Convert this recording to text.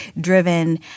driven